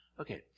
Okay